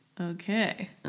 Okay